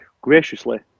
graciously